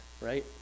right